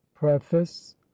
Preface